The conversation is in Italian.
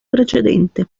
precedente